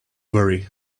worry